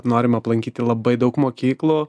norime aplankyti labai daug mokyklų